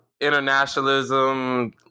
internationalism